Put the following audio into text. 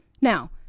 Now